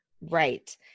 Right